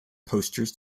posters